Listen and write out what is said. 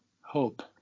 hope